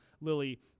Lily